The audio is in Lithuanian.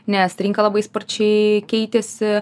nes rinka labai sparčiai keitėsi